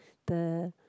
the